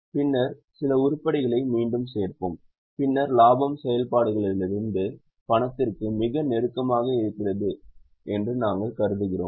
பின்னர் சில உருப்படிகளை மீண்டும் சேர்ப்போம் பின்னர் லாபம் செயல்பாடுகளிலிருந்து பணத்திற்கு மிக நெருக்கமாக இருக்கிறது என்று நாங்கள் கருதுகிறோம்